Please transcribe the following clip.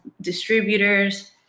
distributors